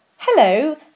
Hello